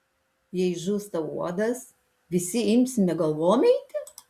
jei žūsta uodas visi imsime galvom eiti